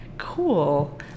cool